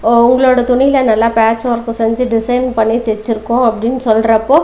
ஓ உங்களோடய துணியில் நல்லா பேட்ச் வொர்க்கு செஞ்சு டிசைன் பண்ணி தைச்சிருக்கோம் அப்டினு சொல்கிறப்போ